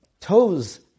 toes